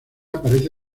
aparece